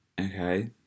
Okay